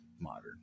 modern